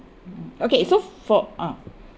mm okay so for ah